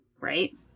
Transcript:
Right